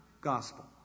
gospel